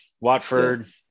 Watford